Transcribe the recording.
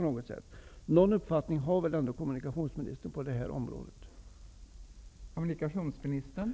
Någon uppfattning har väl ändå kommunikationsministern i denna fråga.